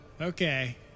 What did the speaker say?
Okay